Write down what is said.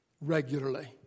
regularly